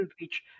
reach